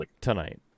tonight